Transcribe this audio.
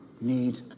need